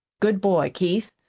good boy, keith!